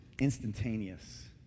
instantaneous